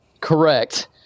Correct